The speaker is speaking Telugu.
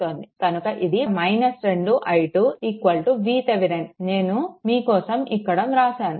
కనుక ఇది 2 i2 VThevenin నేను మీకోసం ఇక్కడ వ్రాసాను